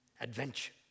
Adventure